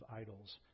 idols